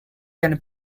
can